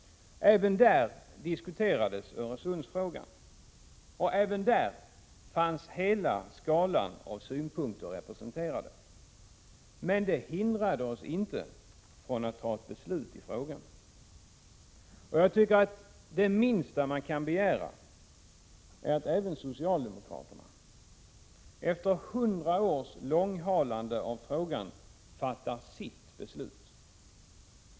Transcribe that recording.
Även där diskuterades Öresundsfrågan, och även där fanns hela skalan av synpunkter representerad. Men det hindrade oss inte från att ta ett beslut i frågan. Jag tycker att det minsta man kan begära är att även socialdemokrater — efter 100 års långhalande av frågan — fattar sitt beslut.